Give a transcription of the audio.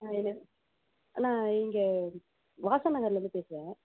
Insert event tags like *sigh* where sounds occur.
*unintelligible* அண்ணா இங்கே வாசன் நகர்லேருந்து பேசுகிறேன்